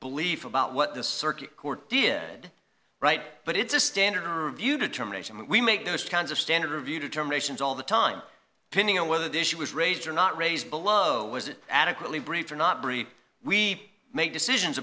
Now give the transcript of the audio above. belief about what the circuit court did right but it's a standard view determination when we make those kinds of standard review determinations all the time pinning or whether the issue is raised or not raised below was it adequately brief or not brie we make decisions